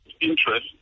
interest